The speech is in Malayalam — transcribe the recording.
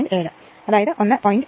7അതായത് 1